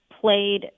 played